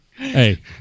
Hey